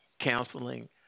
counseling